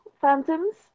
Phantoms